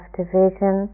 division